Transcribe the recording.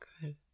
Good